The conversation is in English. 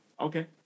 Okay